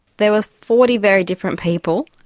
there were forty very different people.